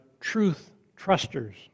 truth-trusters